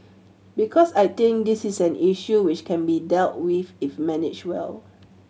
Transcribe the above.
because I think this is an issue which can be dealt with if managed well